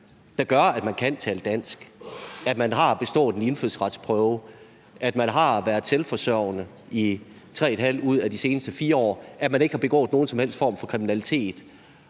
om, at man kan tale dansk, at man har bestået en indfødsretsprøve, at man har været selvforsørgende i 3½ ud af de seneste 4 år, og at man ikke har begået nogen som helst form for kriminalitet,